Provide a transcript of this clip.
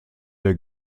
der